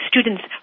students